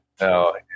No